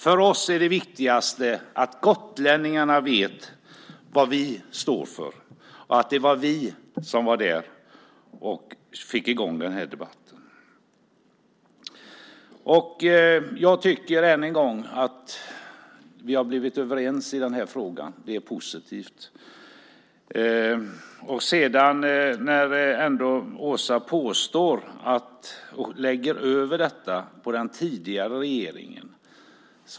För oss är det viktigaste att gotlänningarna vet vad vi står för och att det var vi som var där och fick i gång debatten. Vi har blivit överens i den här frågan. Det är positivt. Åsa Torstensson lägger ansvaret för läget på den tidigare regeringen.